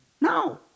No